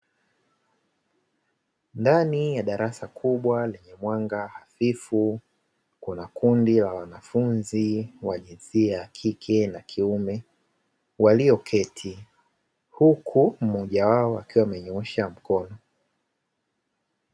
Ndani ya darasa kubwa lenye mwanga hafifu kuna kundi la wanafunzi wa jinsia ya kike na kiume walioketi, huku mmoja wao akiwa amenyoosha mkono.